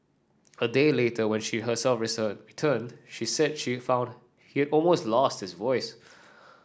a day later when she herself returned she said she found he always lost his voice